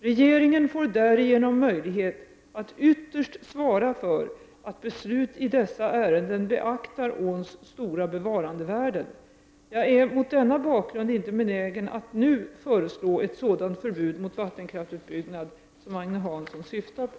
Regeringen får därigenom möjlighet att ytterst svara för att beslut i dessa ärenden beaktar åns stora bevarandevärden. Jag är mot denna bakgrund inte benägen att nu föreslå ett sådant förbud mot vattenkraftsutbyggnad som Agne Hansson syftar på.